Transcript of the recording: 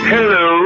Hello